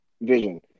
vision